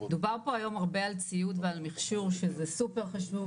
דובר פה היום הרבה על ציוד ועל מכשור שזה סופר חשוב,